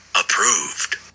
Approved